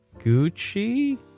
Gucci